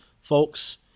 folks